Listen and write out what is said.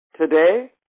today